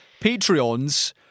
Patreons